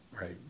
Right